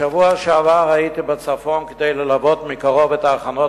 בשבוע שעבר הייתי בצפון כדי ללוות מקרוב את ההכנות